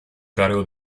cargo